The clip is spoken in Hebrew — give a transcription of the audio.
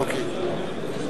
אוקיי.